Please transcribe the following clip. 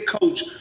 coach